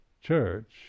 church